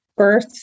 birth